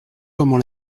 comment